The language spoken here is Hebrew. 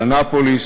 אנאפוליס,